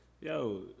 yo